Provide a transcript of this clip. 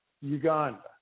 uganda